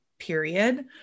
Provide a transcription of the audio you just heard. period